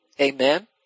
Amen